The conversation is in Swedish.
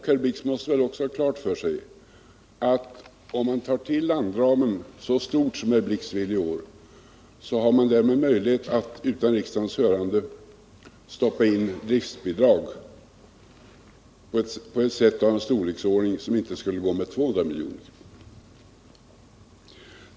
Herr Blix måste väl också ha klart för sig att om riksdagen tar en landram så stor som herr Blix vill i år, har man därmed möjlighet att utan riksdagens hörande stoppa in driftbidrag på ett sätt och av en storleksordning som inte skulle gå med 200 miljoner.